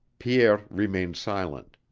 pierre remained silent.